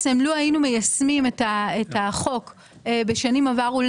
לו היינו מיישמים את החוק בשנים עברו,